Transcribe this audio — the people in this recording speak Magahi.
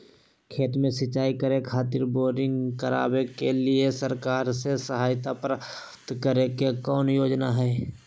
खेत में सिंचाई करे खातिर बोरिंग करावे के लिए सरकार से सहायता प्राप्त करें के कौन योजना हय?